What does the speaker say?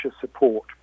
support